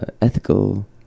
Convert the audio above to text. ethical